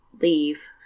leave